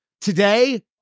Today